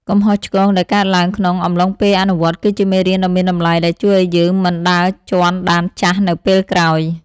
កំហុសឆ្គងដែលកើតឡើងក្នុងអំឡុងពេលអនុវត្តគឺជាមេរៀនដ៏មានតម្លៃ ដែលជួយឱ្យយើងមិនដើរជាន់ដានចាស់នៅពេលក្រោយ។